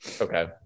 Okay